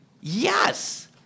Yes